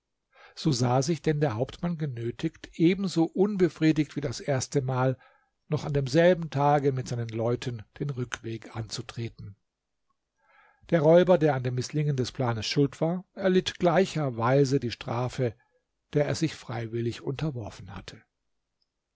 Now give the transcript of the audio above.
so sah sich denn der hauptmann genötigt ebenso unbefriedigt wie das erste mal noch an demselben tage mit seinen leuten den rückweg anzutreten der räuber der an dem mißlingen des planes schuld war erlitt gleicherweise die strafe der er sich freiwillig unterworfen hatte